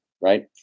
right